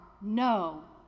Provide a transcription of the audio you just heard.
no